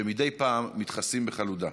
שמדי פעם מתכסים בחלודה.